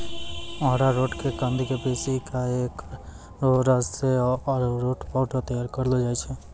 अरारोट के कंद क पीसी क एकरो रस सॅ अरारोट पाउडर तैयार करलो जाय छै